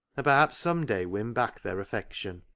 perhaps some day win back their affection